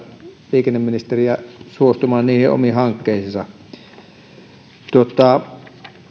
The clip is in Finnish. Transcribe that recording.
liikenneministeriä suostumaan omiin hankkeisiinsa